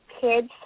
kids